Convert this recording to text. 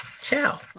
Ciao